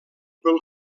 pel